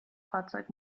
fahrzeug